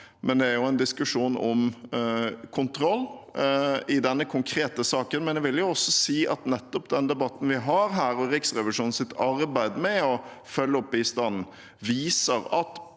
men det er en diskusjon om kontroll i denne konkrete saken. Jeg vil også si at nettopp den debatten vi har her, og Riksrevisjonens arbeid med å følge opp bistanden, viser at